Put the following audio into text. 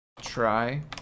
try